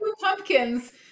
pumpkins